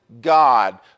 God